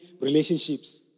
relationships